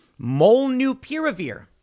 molnupiravir